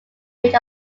range